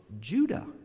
Judah